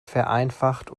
vereinfacht